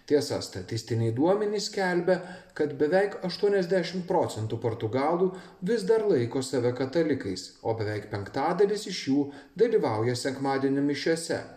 tiesa statistiniai duomenys skelbia kad beveik aštuoniasdešim procentų portugalų vis dar laiko save katalikais o beveik penktadalis iš jų dalyvauja sekmadienio mišiose